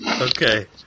Okay